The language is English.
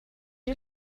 you